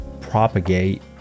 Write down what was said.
propagate